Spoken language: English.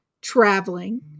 traveling